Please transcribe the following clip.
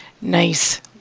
nice